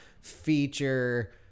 feature